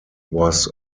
was